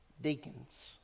deacons